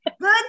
good